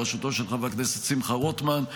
בראשותו של חבר הכנסת שמחה רוטמן,